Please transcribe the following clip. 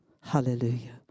Hallelujah